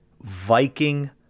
Viking